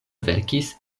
verkis